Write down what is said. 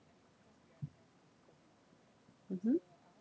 mmhmm